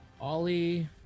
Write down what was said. ollie